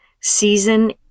Season